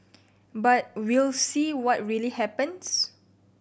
but we'll see what really happens